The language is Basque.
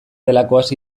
delakoaz